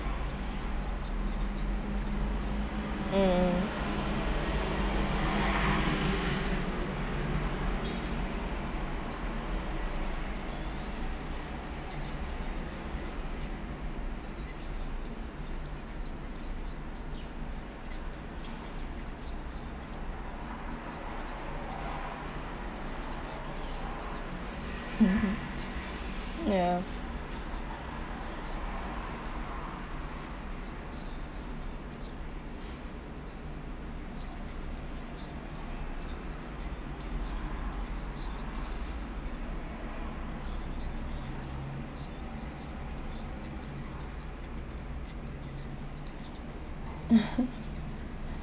mm ya